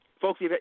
Folks